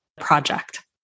project